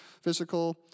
physical